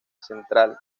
central